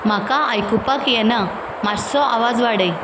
म्हाका आयकुपाक येना मात्सो आवाज वाडय